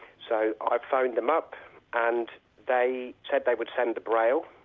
so i phoned them up and they said they would send the braille.